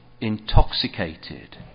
intoxicated